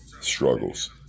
struggles